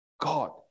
God